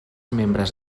membres